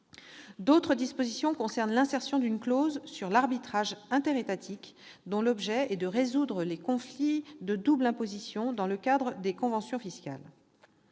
D'autres dispositions concernent l'insertion d'une clause sur l'arbitrage interétatique dont l'objet est de résoudre les conflits de double imposition dans le cadre des conventions fiscales.